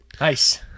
Nice